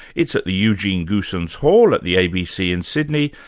it's at the eugene goosens hall at the abc in sydney,